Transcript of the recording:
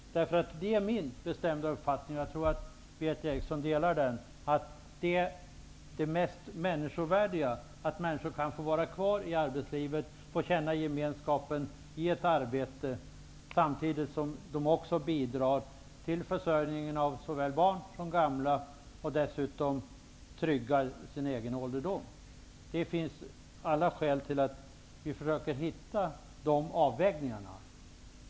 Min bestämda uppfattning är -- och jag tror att Berith Eriksson delar den uppfattningen -- att det mest människovärdiga är att människor kan få vara kvar i arbetslivet och få känna gemenskapen på en arbetsplats. Samtidigt bidrar de till försörjningen av såväl barn som gamla, och dessutom tryggar de sin egen ålderdom. Det finns alla skäl till att göra dessa avvägningar.